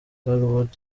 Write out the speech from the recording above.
hollywood